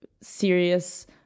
serious